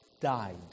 died